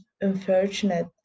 unfortunate